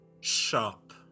sharp